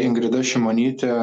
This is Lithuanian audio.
ingrida šimonytė